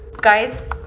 guys,